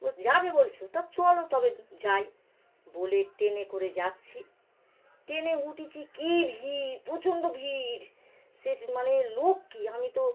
ও যাবে বলছিল তা চলো তবে যাই বলে ট্রেনে করে যাচ্ছি ট্রেনে উঠেছি কি ভিড় প্রচণ্ড ভিড় সে মানে লোক কি আমি তো